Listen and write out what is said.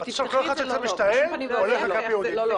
בשום פנים ואופן לא.